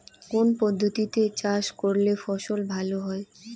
কোন পদ্ধতিতে চাষ করলে ফসল ভালো হয়?